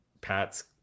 Pat's